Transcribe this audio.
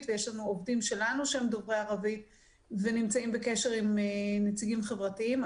ויש לנו עובדים שלנו שהם דוברי ערבית ונמצאים בקשר עם נציגים חברתיים,